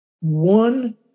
one